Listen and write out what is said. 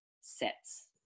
sets